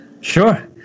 Sure